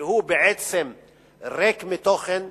והוא בעצם ריק מתוכן,